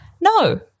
No